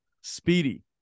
Speedy